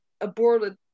aborted